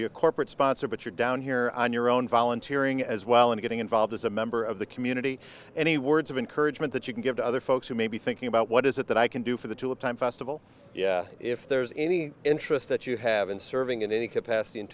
you a corporate sponsor but you're down here on your own volunteer ing as well and getting involved as a member of the community any words of encouragement that you can give to other folks who may be thinking about what is it that i can do for the two of time festival yeah if there's any interest that you have in serving in any capacity